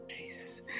Nice